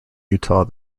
utah